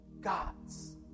God's